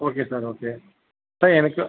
okay sir okay sir எனக்கு